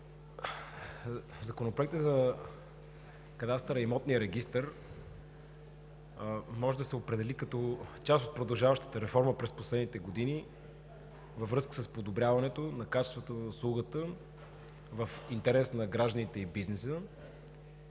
Законопроектът за кадастъра и имотния регистър може да се определи като част от продължаващата реформа през последните години във връзка с подобряване качеството на услугите в интерес на гражданите и бизнеса.